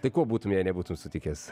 tai kuo būtum jei nebūtum sutikęs